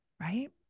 right